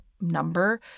number